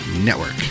network